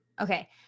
Okay